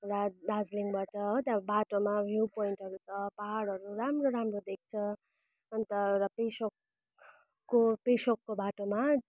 र दार्जिलिङबाट हो त्यहाँ बाटोमा भ्यू पोइन्टहरू छ पाहाडहरू राम्रो राम्रो देख्छ अन्त र पेसोकको पेसोकको बाटोमा